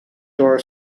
door